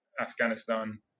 Afghanistan